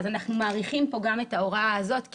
אנחנו מאריכים פה גם את ההוראה הזאת כי